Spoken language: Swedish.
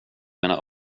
mina